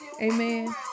Amen